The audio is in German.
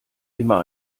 immer